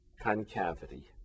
concavity